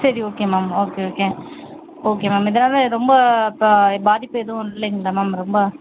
சரி okay ma'am okay okay okay ma'am இதனால் ரொம்ப அப்போ பாதிப்பு எதுவும் இல்லைங்களா மேம் ரொம்ப